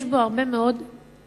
יש בו הרבה מאוד חורים,